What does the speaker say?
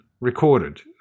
recorded